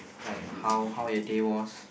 like how how your day was